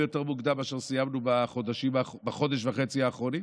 יותר מוקדם מאשר סיימנו בחודש וחצי האחרון?